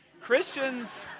Christians